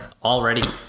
Already